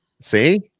see